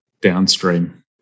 downstream